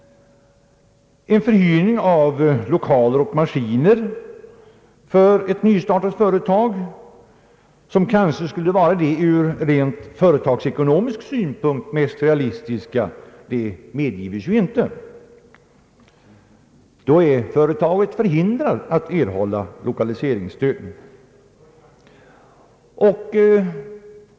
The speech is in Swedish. En förhyrning av lokaler och maskiner för ett nystartat företag, som kanske skulle vara det ur rent företagsekonomisk synpunkt mest realistiska, medges inte. Då blir företaget förhindrat att erhålla lokaliseringsstöd.